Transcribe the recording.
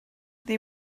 they